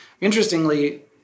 Interestingly